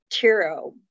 tiro